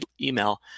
email